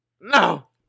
No